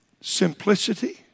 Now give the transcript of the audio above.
Simplicity